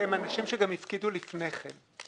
הם אנשים שגם הפקידו קודם לכן,